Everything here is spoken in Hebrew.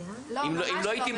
לא, ממש לא.